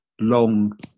long